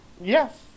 Yes